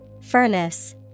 Furnace